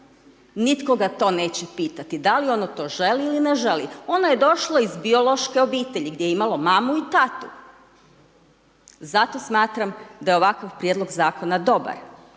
nitko ga neće pitati da li ono to želi ili ne želi, ono je došlo iz biološke obitelji gdje je imalo mamu i tatu, zato smatram da je ovakav Prijedlog Zakona dobar